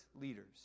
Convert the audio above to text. leaders